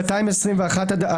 נפל.